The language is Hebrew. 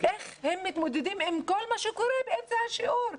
איך הם מתמודדים עם כל מה שקורה באמצע השיעור.